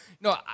no